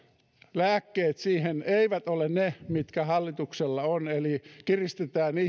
lääkkeet siihen eivät ole ne jotka hallituksella on eli että kiristetään